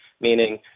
meaning